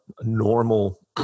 normal